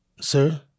sir